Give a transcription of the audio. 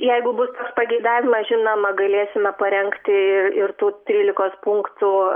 jeigu bus pageidavimas žinoma galėsime parengti i ir tų trylikos punktų